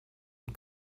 und